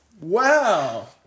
Wow